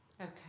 okay